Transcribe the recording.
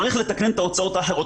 צריך לתקנן את ההוצאות האחרות,